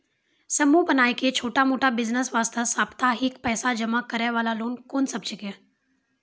समूह बनाय के छोटा मोटा बिज़नेस वास्ते साप्ताहिक पैसा जमा करे वाला लोन कोंन सब छीके?